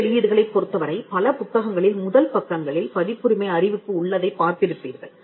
புத்தக வெளியீடுகளைப் பொறுத்தவரை பல புத்தகங்களில் முதல் பக்கங்களில் பதிப்புரிமை அறிவிப்பு உள்ளதைப் பார்த்திருப்பீர்கள்